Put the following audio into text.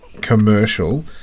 commercial